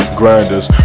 grinders